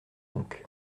donc